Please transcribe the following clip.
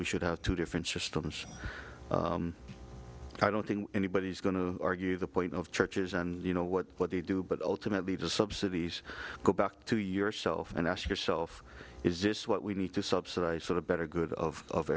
we should have two different systems i don't think anybody's going to argue the point of churches and you know what they do but ultimately the subsidies go back to yourself and ask yourself is this what we need to subsidize sort of the good of